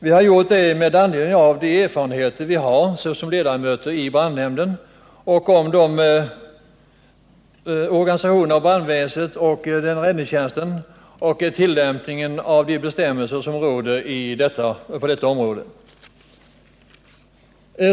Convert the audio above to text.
Vi har väckt vår motion med anledning av de erfarenheter vi har som ledamöter av brandnämnden och av organisationen av brandväsendet och räddningstjänsten samt tillämpningen av de bestämmelser som finns på detta område.